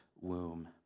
womb